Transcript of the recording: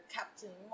Captain